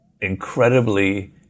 incredibly